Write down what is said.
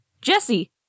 jesse